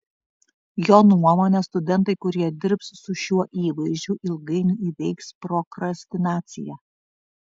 jo nuomone studentai kurie dirbs su šiuo įvaizdžiu ilgainiui įveiks prokrastinaciją